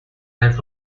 that